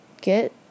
Get